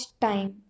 time